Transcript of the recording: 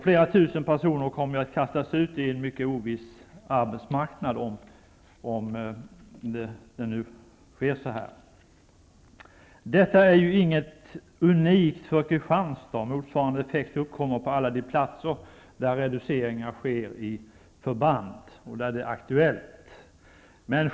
Flera tusen personer kommer att kastas ut i en mycket oviss arbetsmarknad om förslaget går igenom. Detta är ju inget unikt för Kristianstad; motsvarande effekter uppkommer på alla de platser där det är aktuellt med reduceringar av förband.